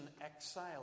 exile